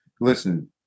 listen